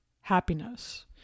happiness